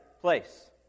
place